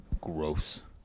Gross